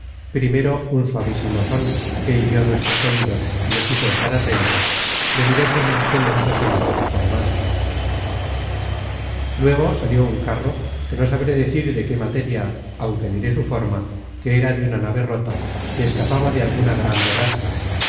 primero un suavísimo són que hirió nuestros oidos y nos hizo estar atentos de diversos instrumentos de música formado luego salió un carro que no sabré decir de qué materia aunque diré su forma que era de una nave rota que escapaba de alguna gran borrasca